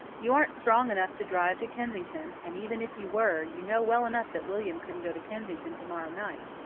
you aren't strong enough to drive to kensington, and, even if you were, you know well enough that william couldn't go to kensington to-morrow night.